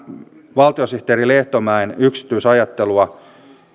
valtiosihteeri lehtomäen yksityisajattelua